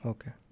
Okay